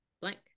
blank